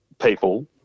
people